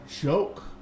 joke